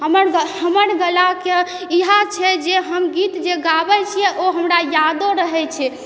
हमर हमर गलाके इएहा छै जे हम गीत जे गाबय छी ओ हमरा यादो रहय छै